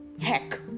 Heck